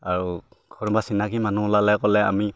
আৰু কোনোবা চিনাকি মানুহ ওলালে ক'লে আমি